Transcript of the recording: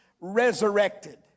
resurrected